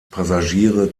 passagiere